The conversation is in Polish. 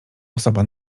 osoba